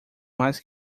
mais